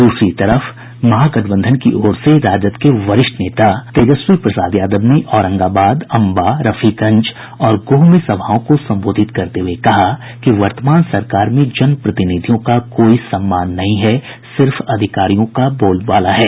दूसरी तरफ महागठबंधन की ओर से राजद के वरिष्ठ नेता तेजस्वी प्रसाद यादव ने औरंगाबाद अम्बा रफीगंज और गोह में सभाओं को संबोधित करते हुये कहा कि वर्तमान सरकार में जन प्रतिनिधियों का कोई सम्मान नहीं है सिर्फ अधिकारियों का बोलबाला है